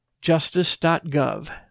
justice.gov